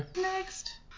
Next